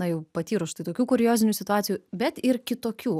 na jau patyrus štai tokių kuriozinių situacijų bet ir kitokių